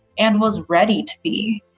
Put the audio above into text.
and was ready to be